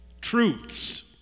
truths